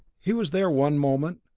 he was there one moment,